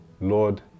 Lord